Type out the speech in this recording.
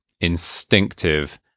instinctive